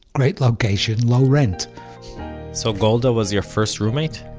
great location, low rent so golda was your first roommate?